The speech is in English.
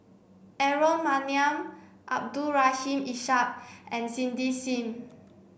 Aaron Maniam Abdul Rahim Ishak and Cindy Sim